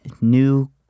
new